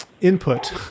input